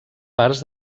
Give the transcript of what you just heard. parts